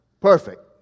Perfect